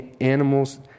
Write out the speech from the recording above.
animals